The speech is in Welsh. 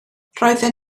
roedden